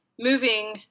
moving